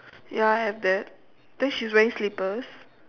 ya I have that then she's wearing slippers